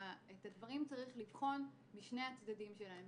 את הדברים צריך לבחון משני הצדדים שלהם.